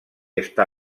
està